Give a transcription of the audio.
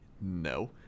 No